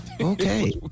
Okay